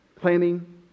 claiming